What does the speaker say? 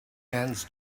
mans